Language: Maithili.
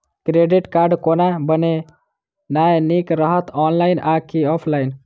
क्रेडिट कार्ड कोना बनेनाय नीक रहत? ऑनलाइन आ की ऑफलाइन?